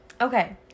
Okay